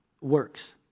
works